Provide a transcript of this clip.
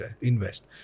invest